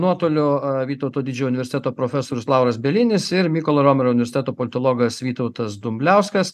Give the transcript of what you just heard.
nuotoliu vytauto didžiojo universiteto profesorius lauras bielinis ir mykolo romerio universiteto politologas vytautas dumbliauskas